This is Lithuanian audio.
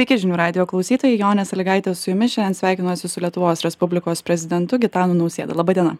sveiki žinių radijo klausytojai jonė sąlygaitė su jumis šiandien sveikinuosi su lietuvos respublikos prezidentu gitanu nausėda laba diena